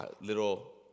Little